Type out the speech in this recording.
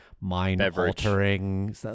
mind-altering